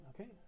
Okay